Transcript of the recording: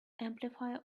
amplifier